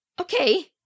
okay